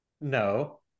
No